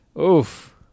oof